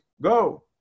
go